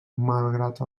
malgrat